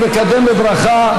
אני מקדם בברכה,